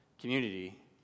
community